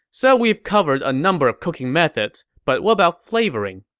so we've covered a number of cooking methods, but what about flavoring?